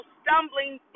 stumbling